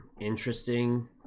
interesting